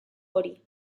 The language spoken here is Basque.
hori